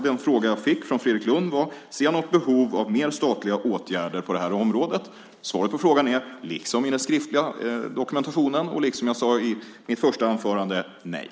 Den fråga jag fick från Fredrik Lundh var om jag ser något behov av fler statliga åtgärder på det här området. Svaret på frågan är, liksom i den skriftliga dokumentationen och liksom jag sade i mitt första anförande, nej.